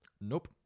Nope